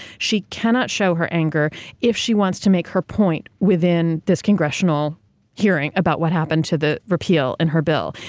she cannot show her anger if she wants to make her point within this congressional hearing about what happened to the repeal in her bill.